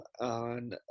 on